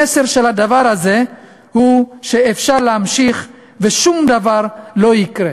המסר של הדבר הזה הוא שאפשר להמשיך ושום דבר לא יקרה.